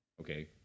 Okay